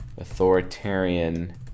Authoritarian